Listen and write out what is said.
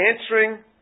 answering